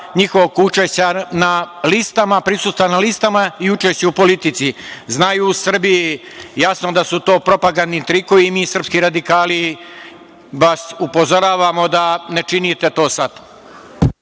njihovog učešća na listama, prisutan na listama i učešće u politici. Znaju u Srbiji jasno da su to propagandni trikovi i mi srpski radikali, baš upozoravamo vas da ne činite to sada.